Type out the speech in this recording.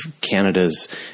Canada's